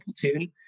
platoon